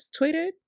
tweeted